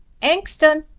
inxton,